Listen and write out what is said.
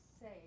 say